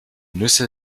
nüsse